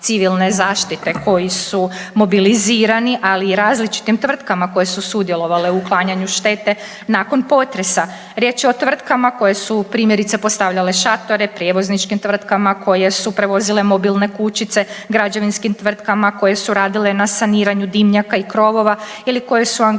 Civilne zaštite koji su mobilizirani, ali i različitim tvrtkama koje su sudjelovale u uklanjanju štete nakon potresa. Riječ je o tvrtkama koje su primjerice postavljale šatore, prijevozničkim tvrtkama koje su prevozile mobilne kućice, građevinskim tvrtkama koje su radile na saniranju dimnjaka i krovova ili koje su angažirale